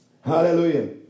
Hallelujah